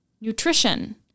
Nutrition